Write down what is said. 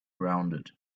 rounded